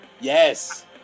Yes